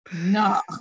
No